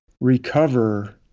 recover